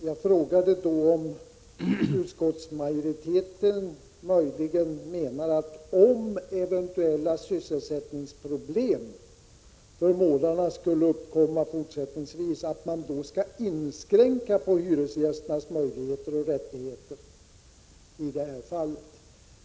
Jag frågade om utskottsmajoriteten möjligen menar att man, om eventuella sysselsättningsproblem för målarna fortsättningsvis skulle uppkomma, skall inskränka hyresgästernas möjligheter och rättigheter i detta fall.